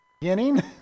beginning